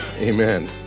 Amen